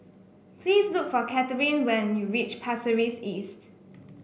please look for Kathryne when you reach Pasir Ris East